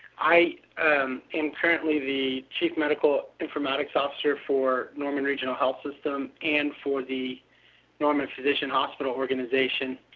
i am currently the chief medical informatics officer for norman regional health system and for the norman physician hospital organization.